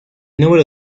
número